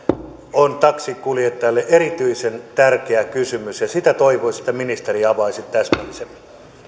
on taksinkuljettajille erityisen tärkeä kysymys ja sitä toivoisin että ministeri avaisi täsmällisemmin